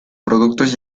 productos